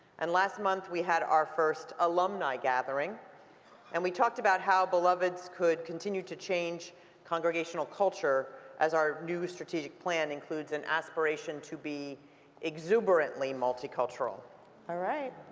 and last month we had our first alumni gathering and talked about how beloveds could continue to change congregational culture as our new strategic plan includes an aspiration to be exuberantly multicultural. all right.